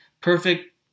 perfect